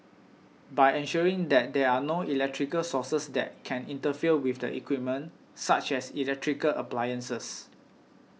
by ensuring that there are no electrical sources that can interfere with the equipment such as electrical appliances